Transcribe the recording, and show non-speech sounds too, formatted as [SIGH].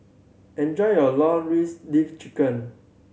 enjoy your [UNINTELLIGIBLE] leaf chicken